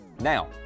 Now